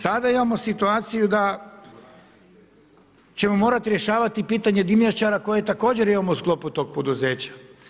Sada imamo situaciju da ćemo morati rješavati pitanje dimnjačara koje također imamo u sklopu tog poduzeća.